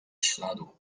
śladu